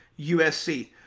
USC